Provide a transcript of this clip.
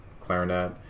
clarinet